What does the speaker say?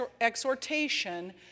exhortation